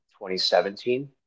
2017